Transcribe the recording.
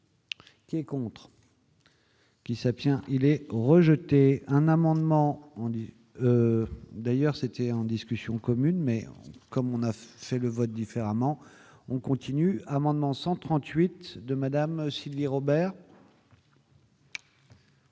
Qui est contre. Qui sapiens il est rejeté un amendement dit d'ailleurs c'était en discussion commune mais comme on a fait le vote différemment, on continue, amendement 138 de madame Sylvie Robert.